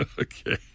Okay